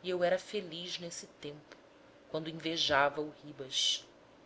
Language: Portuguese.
e eu era feliz nesse tempo quando invejava o ribas